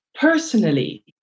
personally